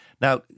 Now